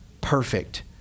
perfect